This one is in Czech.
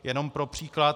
Jenom pro příklad.